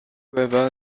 cueva